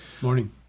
morning